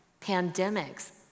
pandemics